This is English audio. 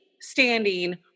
standing